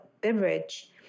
beverage